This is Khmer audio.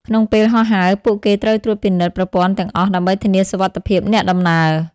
ក្នុងពេលហោះហើរ ពួកគេត្រូវត្រួតពិនិត្យប្រព័ន្ធទាំងអស់ដើម្បីធានាសុវត្ថិភាពអ្នកដំណើរ។